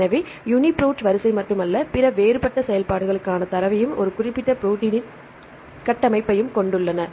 எனவே யூனிபிரோட் வரிசை மட்டுமல்ல பிற வேறுபட்ட செயல்பாடுகளுக்கான தரவையும் ஒரு குறிப்பிட்ட ப்ரோடீனின் கட்டமைப்பையும் கொண்டுள்ளது